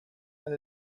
and